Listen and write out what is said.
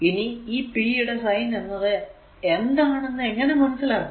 ഇനി ഈ p യുടെ സൈൻ എന്നത് എന്താണെന്നു എങ്ങനെ മനസ്സിലാക്കും